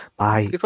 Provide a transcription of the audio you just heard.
bye